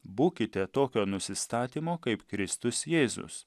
būkite tokio nusistatymo kaip kristus jėzus